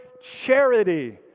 charity